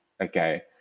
okay